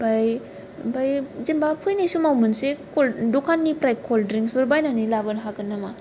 आमफ्राय आमफ्राय जोनबा फैनाय समाव मोनसे कल दखाननिफ्राय कल्ड ड्रिंक्सफोर बायनानै लाबोनो हागोन नामा